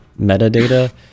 metadata